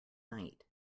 night